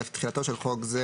(א) תחילתו של חוק זה